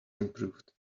improved